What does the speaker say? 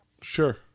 Sure